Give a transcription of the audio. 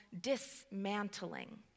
dismantling